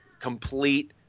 complete